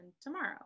tomorrow